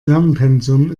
lernpensum